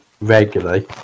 regularly